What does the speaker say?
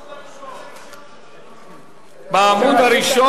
בסעיף 1. בעמוד הראשון.